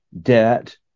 debt